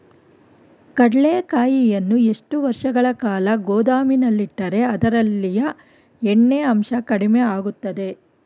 ಕಡ್ಲೆಕಾಯಿಯನ್ನು ಎಷ್ಟು ವರ್ಷಗಳ ಕಾಲ ಗೋದಾಮಿನಲ್ಲಿಟ್ಟರೆ ಅದರಲ್ಲಿಯ ಎಣ್ಣೆ ಅಂಶ ಕಡಿಮೆ ಆಗುತ್ತದೆ?